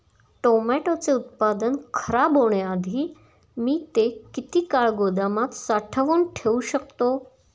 टोमॅटोचे उत्पादन खराब होण्याआधी मी ते किती काळ गोदामात साठवून ठेऊ शकतो?